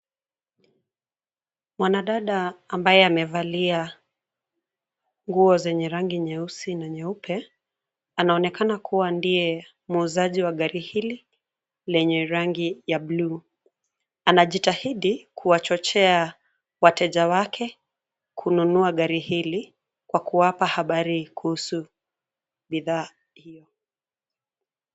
Mwanadada, ambaye amevalia, nguo zenye rangi nyeusi na nyeupe, anaonekana kuwa ndiye, muuzaji wa gari hili, lenye rangi ya bluu, anajitahidi, kuwachochea, wateja wake, kununua gari hili, kwa kuwapa habari kuhusu, bidhaa, hio.